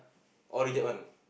all reject one